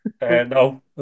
no